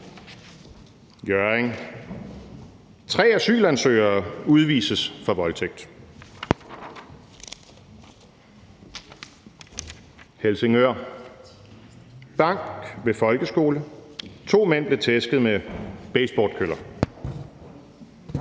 Hjørring: »Tre asylansøgere udvises for voldtægt«. Helsingør: »Bank ved folkeskole: To mænd blev tæsket med baseballkøller«.